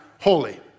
Holy